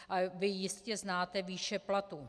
A vy jistě znáte výše platů.